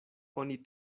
oni